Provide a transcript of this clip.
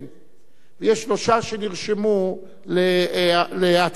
יש שלושה שנרשמו להצעות אחרות,